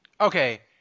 Okay